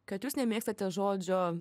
kad jūs nemėgstate žodžio